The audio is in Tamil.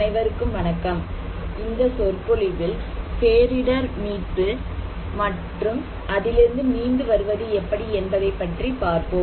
அனைவருக்கும் வணக்கம் இந்த சொற்பொழிவில் பேரிடர் மீட்பு மற்றும் அதிலிருந்து மீண்டு வருவது எப்படி என்பதைப் பற்றி பார்ப்போம்